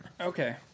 Okay